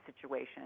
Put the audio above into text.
situation